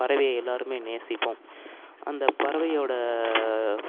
பறவையை எல்லோருமே நேசிப்போம் அந்த பறவையோடய